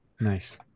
Nice